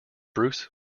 bruce